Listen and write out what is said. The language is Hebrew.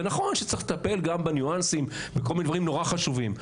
ונכון שצריך לטפל גם בניואנסים וכל מיני דברים נורא חשובים.